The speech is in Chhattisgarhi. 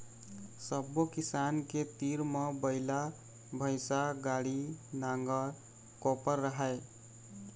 सब्बो किसान के तीर म बइला, भइसा, गाड़ी, नांगर, कोपर राहय